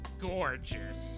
gorgeous